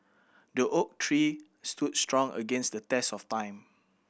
the oak tree stood strong against the test of time